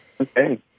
Okay